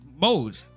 mode